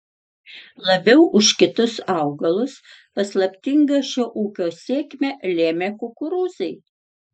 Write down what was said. labiau už kitus augalus paslaptingą šio ūkio sėkmę lėmė kukurūzai